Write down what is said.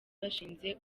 bashinze